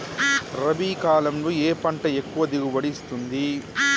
రబీ కాలంలో ఏ పంట ఎక్కువ దిగుబడి ఇస్తుంది?